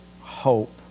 hope